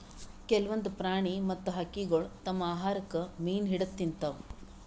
ಕೆಲ್ವನ್ದ್ ಪ್ರಾಣಿ ಮತ್ತ್ ಹಕ್ಕಿಗೊಳ್ ತಮ್ಮ್ ಆಹಾರಕ್ಕ್ ಮೀನ್ ಹಿಡದ್ದ್ ತಿಂತಾವ್